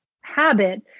habit